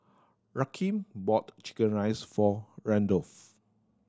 Rakeem bought chicken rice for Randolf